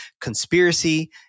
conspiracy